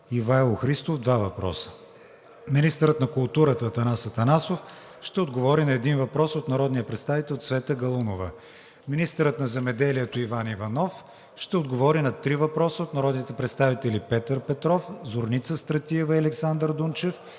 Ивайло Христов – два въпроса. 7. Министърът на културата Атанас Атанасов ще отговори на един въпрос от народния представител Цвета Галунова. 8. Министърът на земеделието Иван Иванов ще отговори на три въпроса от народните представители Петър Петров; Зорница Стратиева и Александър Дунчев;